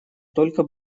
только